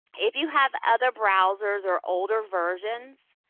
if you have other browsers or older versions